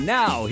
now